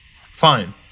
Fine